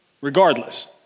regardless